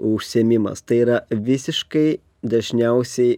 užsiėmimas tai yra visiškai dažniausiai